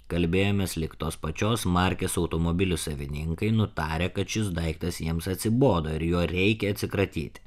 kalbėjomės lyg tos pačios markės automobilių savininkai nutarę kad šis daiktas jiems atsibodo ir juo reikia atsikratyt